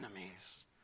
enemies